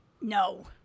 No